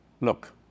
look